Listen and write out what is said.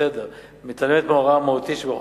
לסדר-היום מתעלמת מההוראה המהותית שבחוק,